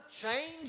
change